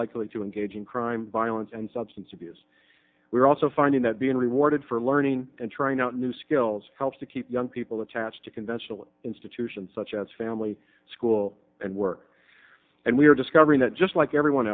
likely to engage in crime violence and substance abuse we're also finding that being rewarded for learning and trying out new skills helps to keep young people attached to conventional institutions such as family school and work and we are discovering that just like everyone